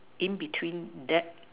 in between that